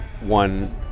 one